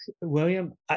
William